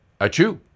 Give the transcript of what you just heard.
Achoo